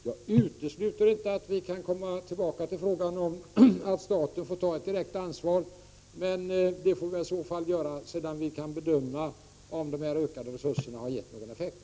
Jag utesluter inte att vi kan komma tillbaka till frågan om att staten får ta ett direkt ansvar, men det får vi i så fall göra när vi kan bedöma om de ökade resurserna har gett någon effekt.